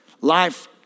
Life